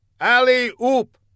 Alley-oop